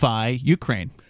Ukraine